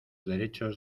derechos